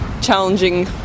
challenging